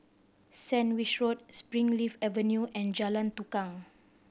Sandwich Road Springleaf Avenue and Jalan Tukang